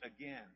again